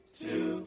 two